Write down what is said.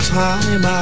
time